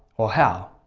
or how.